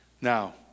Now